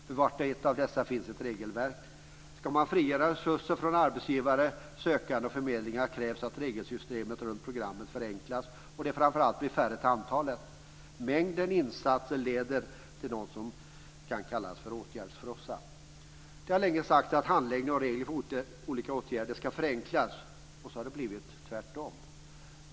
För vart och ett av dessa finns ett regelverk. Ska man frigöra resurser från arbetsgivare, arbetssökande och förmedlingar krävs att regelsystemen runt programmen förenklas och framför allt att de blir färre till antalet. Mängden insatser leder till något som kan kallas åtgärdsfrossa. Det har länge sagts att handläggning och regler för olika åtgärder skulle förenklas. Och så har det blivit tvärtom.